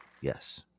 Yes